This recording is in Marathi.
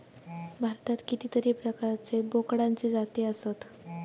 भारतात कितीतरी प्रकारचे बोकडांचे जाती आसत